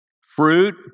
fruit